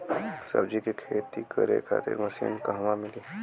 सब्जी के खेती करे खातिर मशीन कहवा मिली?